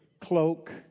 cloak